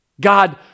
God